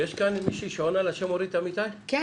תודה